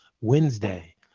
Wednesday